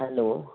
hello